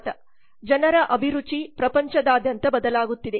ಜನರ ಅಭಿರುಚಿ ಪ್ರಪಂಚದಾದ್ಯಂತ ಬದಲಾಗುತ್ತಿದೆ